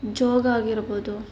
ಜೋಗ ಆಗಿರ್ಬೊದು